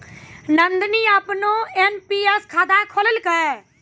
नंदनी अपनो एन.पी.एस खाता खोललकै